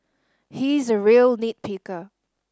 he is a real nit picker